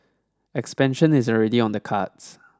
expansion is already on the cards